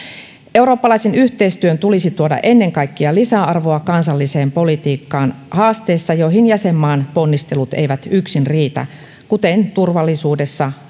eurooppalaisen yhteistyön tulisi tuoda ennen kaikkea lisäarvoa kansalliseen politiikkaan haasteissa joihin jäsenmaan ponnistelut eivät yksin riitä kuten turvallisuudessa